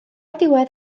diwedd